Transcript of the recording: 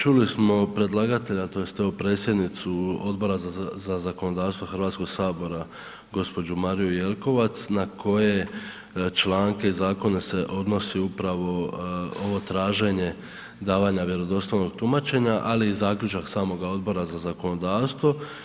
Čuli smo od predlagatelja tj. evo predsjednicu Odbora za zakonodavstvo Hrvatskog sabora, gđu. Mariju Jelkovac na koje članke zakona se odnosi upravo ovo traženje davanja vjerodostojnog tumačenja ali i zaključak samoga Odbora za zakonodavstvo.